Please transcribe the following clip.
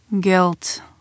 Guilt